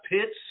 pits